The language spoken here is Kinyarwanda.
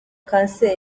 kanseri